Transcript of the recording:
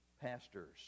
pastors